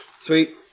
Sweet